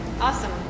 Awesome